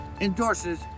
endorses